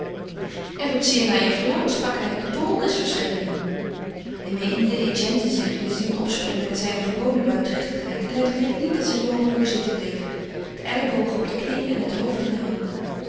er wordt zeer naar je verlangd sprak hij de bowl is verschenen hij meende etienne te zullen zien opspringen met zijne gewone luidruchtigheid en hij begreep niet dat zijn jonge broêr zitten bleef de ellebogen op de knieën en het hoofd in de handen